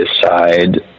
decide